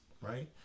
right